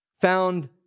found